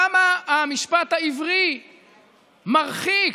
כמה המשפט העברי מרחיק?